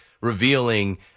revealing